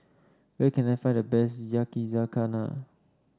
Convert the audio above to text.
where can I find the best Yakizakana